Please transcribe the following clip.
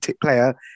player